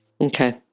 Okay